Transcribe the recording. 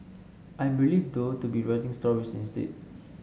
I'm relieved though to be writing stories instead